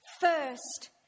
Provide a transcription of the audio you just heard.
first